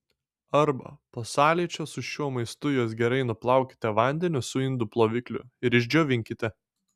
arba po sąlyčio su šiuo maistu juos gerai nuplaukite vandeniu su indų plovikliu ir išdžiovinkite